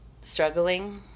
struggling